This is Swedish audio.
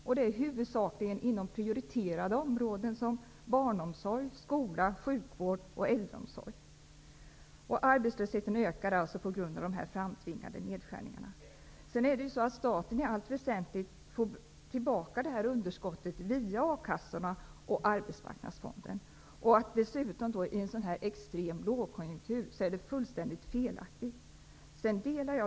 Det sker huvudsakligen inom prioriterade områden som barnomsorg, skola, sjukvård och äldreomsorg. Arbetslösheten ökar alltså på grund av de framtvingade nedskärningarna. Staten får sedan i allt väsentligt tillbaka det här underskottet via akassorna och Arbetsmarknadsfonden. I en extrem lågkonjunktur är det dessutom fullständigt felaktigt att göra detta.